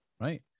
Right